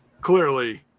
clearly